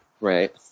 right